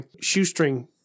Shoestring